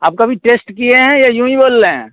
आप कभी टेस्ट किए हैं या यूँ ही बोल रहें हैं